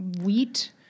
wheat